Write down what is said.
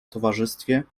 towarzystwie